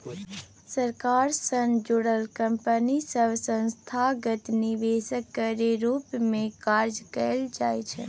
सरकार सँ जुड़ल कंपनी सब संस्थागत निवेशक केर रूप मे काज करइ छै